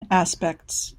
aspects